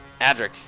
Adric